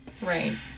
Right